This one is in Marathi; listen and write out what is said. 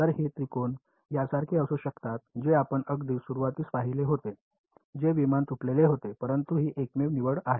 तर हे त्रिकोण यासारखे असू शकतात जे आपण अगदी सुरुवातीस पाहिले होते जे विमान तुटलेले होते परंतु ही एकमेव निवड आहे